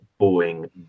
Boeing